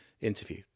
interview